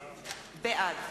בעד